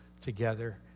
together